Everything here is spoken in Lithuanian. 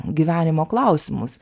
gyvenimo klausimus